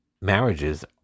marriages